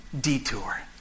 Detour